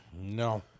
No